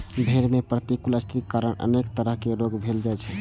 भेड़ मे प्रतिकूल स्थितिक कारण अनेक तरह रोग भए जाइ छै